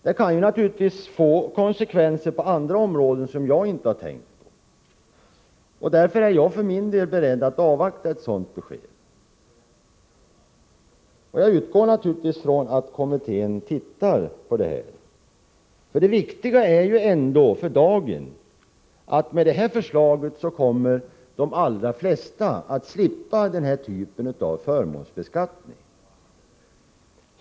Det kan ju på andra områden få konsekvenser som inte jag har tänkt på. Därför är jag för min del beredd att avvakta ett sådant besked. Jag utgår alltså från att kommittén verkligen kommer att studera dessa frågor. Det viktiga för dagen är att med det framlagda förslaget kommer de allra flesta att slippa drabbas av förmånsbeskattning.